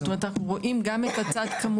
משרד הביטחון, בבקשה.